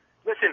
Listen